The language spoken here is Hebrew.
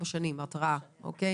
זאת אומרת,